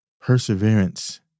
perseverance